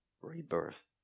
Rebirth